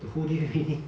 the whole day rain